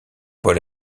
paul